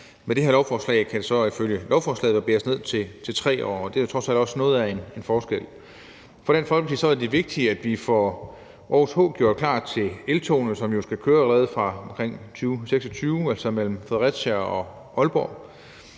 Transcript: Med det her lovforslag kan det så, ifølge lovforslaget, barberes ned til 3 år, og det er jo trods alt også noget af en forskel. For Dansk Folkeparti er det vigtigt, at vi får Aarhus H gjort klar til eltogene, som jo skal køre allerede fra omkring 2026, altså mellem Fredericia og Aalborg,